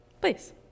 Please